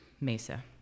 Mesa